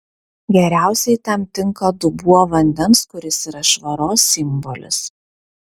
geriausiai tam tinka dubuo vandens kuris yra švaros simbolis